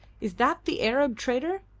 is that the arab trader?